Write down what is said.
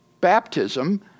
baptism